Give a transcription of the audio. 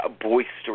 boisterous